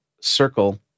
circle